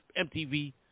MTV